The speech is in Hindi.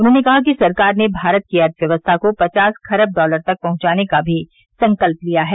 उन्होंने कहा कि सरकार ने भारत की अर्थव्यवस्था को पचास खरब डॉलर तक पहुंचाने का भी संकल्प लिया है